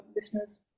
listeners